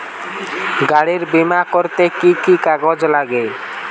গাড়ীর বিমা করতে কি কি কাগজ লাগে?